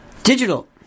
Digital